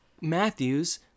matthews